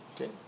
Okay